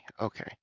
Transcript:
Okay